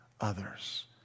others